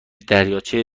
دریاچه